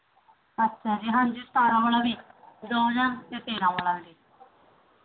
ਅੱਛਾ ਜੀ ਹਾਂਜੀ ਸਤਾਰਾਂ ਵਾਲਾ ਵੀ ਦੋ ਹਜ਼ਾਰ ਅਤੇ ਤੇਰ੍ਹਾਂ ਵਾਲਾ ਵੀ